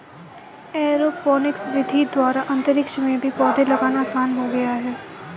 aeroponics विधि द्वारा अंतरिक्ष में भी पौधे लगाना आसान हो गया है